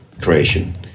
creation